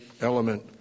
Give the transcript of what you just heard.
element